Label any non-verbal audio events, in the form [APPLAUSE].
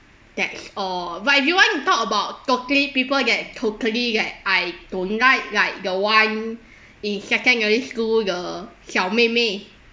that's all but if you want to talk about totally people that totally that I don't like like the one [BREATH] in secondary school the 小妹妹